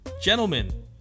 Gentlemen